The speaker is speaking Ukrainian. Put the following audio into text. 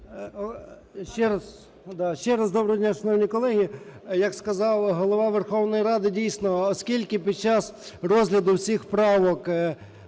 ще раз доброго дня, шановні колеги. Як сказав Голова Верховної Ради, дійсно оскільки під час розгляду всіх правок